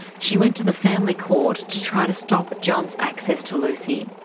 she went to the family court to try to stop john's access to lucy.